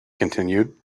continued